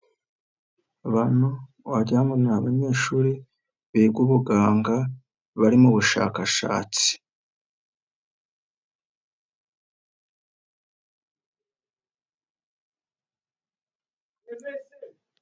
Abantu wagira ngo ni abanyeshuri biga ubuganga bari mubushakashatsi.